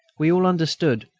we all understood,